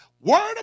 word